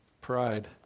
pride